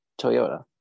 Toyota